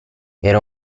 era